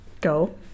Go